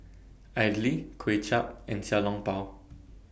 Idly Kway Chap and Xiao Long Bao